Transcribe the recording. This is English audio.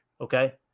okay